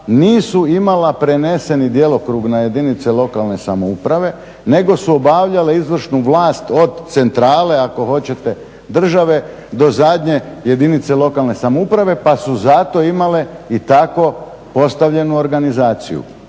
nisu imala prenesena djelokrug na jedinice lokalne samouprave, nego su obavljale izvršnu vlast od centrale ako hoćete države do zadnje jedinice lokalne samouprave pa su zato imale i tako postavljenu organizaciju.